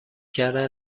کردن